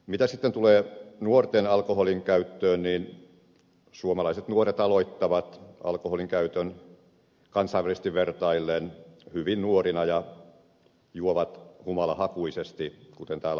mitä sitten tulee nuorten alkoholinkäyttöön niin suomalaiset nuoret aloittavat alkoholinkäytön kansainvälisesti vertaillen hyvin nuorina ja juovat humalahakuisesti kuten täällä on todettu